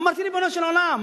אמרתי: ריבונו של עולם,